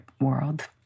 world